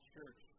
Church